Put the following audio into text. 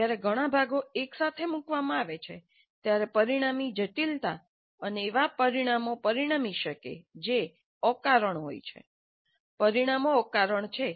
જ્યારે ઘણા ભાગો એકસાથે મૂકવામાં આવે છે ત્યારે પરિણામી જટિલતા અને એવા પરિણામો પરિણમી શકે છે જે અકારણ હોય છે પરિણામો અકારણ છે